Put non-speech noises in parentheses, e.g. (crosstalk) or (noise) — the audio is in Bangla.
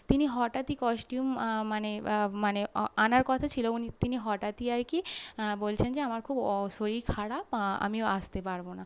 তিনি হঠাৎই কস্টিউম মানে মানে আনার কথা ছিল উনি তিনি হঠাৎই আর কি বলছেন যে আমার খুব (unintelligible) শরীর খারাপ আমিও আসতে পারব না